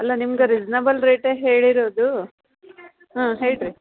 ಅಲ್ಲ ನಿಮ್ಗೆ ರಿಸ್ನಬಲ್ ರೇಟೆ ಹೇಳಿರೋದು ಹ್ಞೂ ಹೇಳಿರಿ